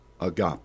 agape